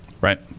Right